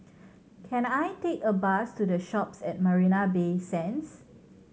can I take a bus to The Shoppes at Marina Bay Sands